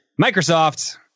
Microsoft